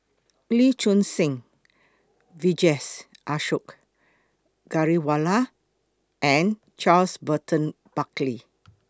Lee Choon Seng Vijesh Ashok Ghariwala and Charles Burton Buckley